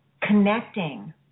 connecting